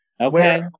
Okay